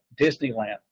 Disneyland